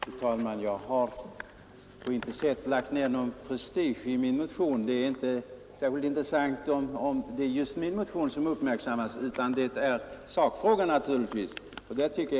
Fru talman! Jag har på intet sätt lagt ned någon prestige i min motion — det är inte särskilt intressant om det är just min motion som uppmärksammats, utan det är naturligtvis sakfrågan det gäller.